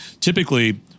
Typically